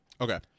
okay